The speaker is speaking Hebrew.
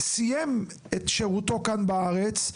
שסיים את שירותו כאן בארץ,